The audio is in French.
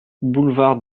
boulevard